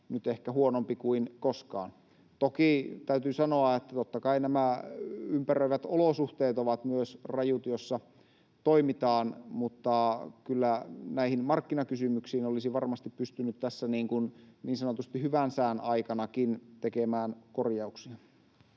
nyt ehkä huonompi kuin koskaan. Toki täytyy sanoa, että totta kai nämä ympäröivät olosuhteet, joissa toimitaan, ovat myös rajut, mutta kyllä näihin markkinakysymyksiin olisi varmasti pystynyt tässä niin sanotusti hyvän sään aikanakin tekemään korjauksia.